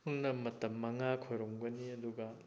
ꯄꯨꯟꯅ ꯃꯇꯝ ꯃꯉꯥ ꯈꯨꯔꯨꯝꯒꯅꯤ ꯑꯗꯨꯒ